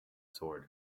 sword